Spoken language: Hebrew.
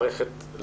העובדה שזה לא